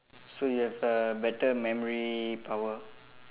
so you have uh better memory power